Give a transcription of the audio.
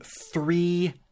three